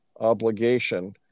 obligation